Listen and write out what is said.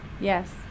Yes